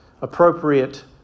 appropriate